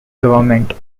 government